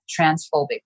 transphobic